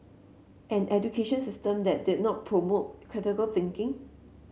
an education system that did not promote critical thinking